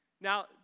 Now